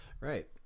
Right